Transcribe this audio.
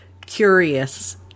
curious